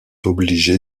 obligé